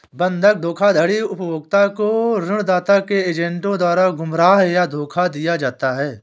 बंधक धोखाधड़ी उपभोक्ता को ऋणदाता के एजेंटों द्वारा गुमराह या धोखा दिया जाता है